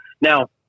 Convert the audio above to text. Now